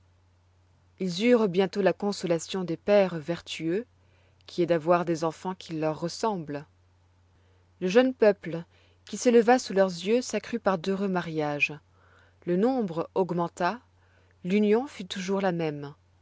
ils eurent bientôt la consolation des pères vertueux qui est d'avoir des enfants qui leur ressemblent le jeune peuple qui s'éleva sous leurs yeux s'accrut par d'heureux mariages le nombre augmenta l'union fut toujours la même